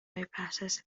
bypasses